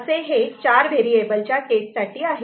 असे हे चार व्हेरिएबलचे केस साठी आहे